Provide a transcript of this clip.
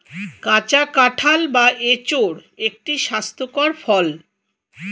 কাঁচা কাঁঠাল বা এঁচোড় একটি স্বাস্থ্যকর ফল